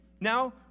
Now